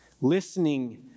Listening